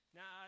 Now